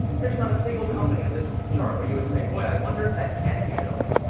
there's not a single company on this chart where you would say, boy, i wonder if that can be built.